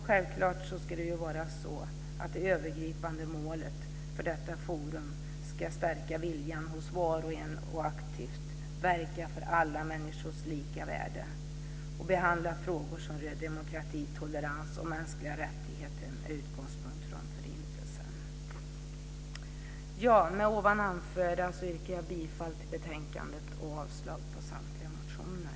Självklart ska det övergripande målet för detta forum vara att stärka viljan hos var och en att aktivt verka för alla människors lika värde och att behandla frågor som rör demokrati, tolerans och mänskliga rättigheter med utgångspunkt från Förintelsen. Med det anförda yrkar jag bifall till utskottets hemställan i betänkandet och avstyrker samtliga motioner.